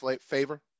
favor